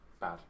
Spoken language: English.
Bad